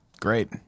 Great